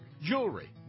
jewelry